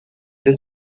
the